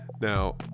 Now